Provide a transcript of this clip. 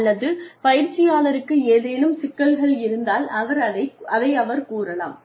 அல்லது பயிற்சியாளருக்கு ஏதேனும் சிக்கல்கள் இருந்தால் அதை அவர் கூறலாம்